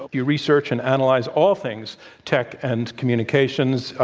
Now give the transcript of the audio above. ah you research and analyze all things tech and communications.